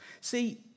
See